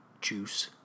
Juice